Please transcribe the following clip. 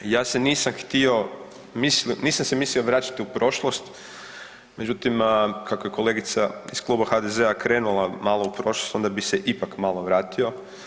Ja se nisam htio, nisam se mislio vraćati u prošlost, međutim, kako je kolegica iz Kluba HDZ-a krenula malo u prošlost, onda bih se ipak malo vratio.